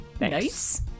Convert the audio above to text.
nice